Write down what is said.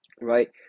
right